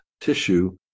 tissue